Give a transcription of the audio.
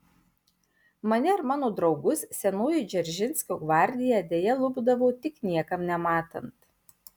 mane ir mano draugus senoji dzeržinskio gvardija deja lupdavo tik niekam nematant